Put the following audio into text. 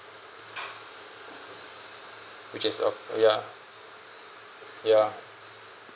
which is of oh ya ya